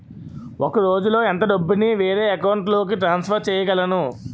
ఒక రోజులో ఎంత డబ్బుని వేరే అకౌంట్ లోకి ట్రాన్సఫర్ చేయగలను?